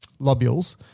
lobules